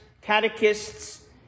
catechists